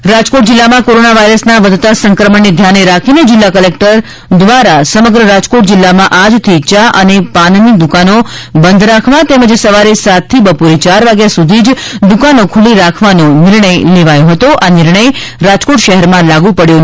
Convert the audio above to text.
Rajkot Covid Rajkot જિલ્લામાં કોરોનાવાયરસના વધતા સંક્રમણને ધ્યાને રાખીને જિલ્લા કલેકટર તંત્ર દ્વારા સમગ્ર રાજકોટ જિલ્લામાં આજથી યા અને પાનની દુકાનો બંધ રાખવા તેમજ સવારે સાત થી બપોરે ચાર વાગ્યા સુધી જ દુકાનો ખુલ્લી રાખવા નો નિર્ણય લેવાયો હતો આ નિર્ણય રાજકોટ શહેરમાં લાગુ પડયો નહોતો